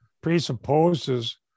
presupposes